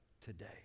today